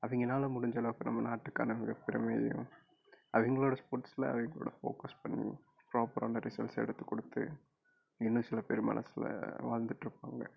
அவங்களால முடிந்த அளவுக்கு நம்ம நாட்டுக்கான மிக பெருமையை அவங்களோட ஸ்போர்ட்ஸில் அவங்களோட ஃபோக்கஸ் பண்ணி ப்ராப்பரான ரிசல்ட்ஸ் எடுத்து கொடுத்து இன்னும் சில பேர் மனதில் வாழ்ந்துட்டு இருக்காங்க